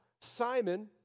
Simon